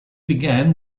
began